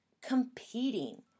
competing